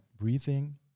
breathing